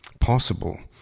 possible